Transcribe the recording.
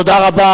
תודה רבה